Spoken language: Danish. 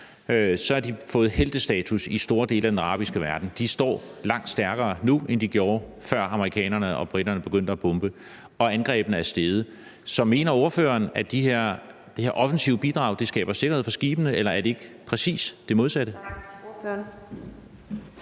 har de fået heltestatus i store dele af den arabiske verden. De står langt stærkere nu, end de gjorde, før amerikanerne og briterne begyndte at bombe. Og angrebene er steget. Så mener ordføreren, at det her offensive bidrag skaber sikkerhed for skibene? Eller er det ikke præcis det modsatte?